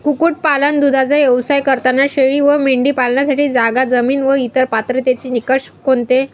कुक्कुटपालन, दूधाचा व्यवसाय करताना शेळी व मेंढी पालनासाठी जागा, जमीन व इतर पात्रतेचे निकष कोणते?